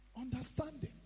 Understanding